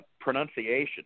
pronunciation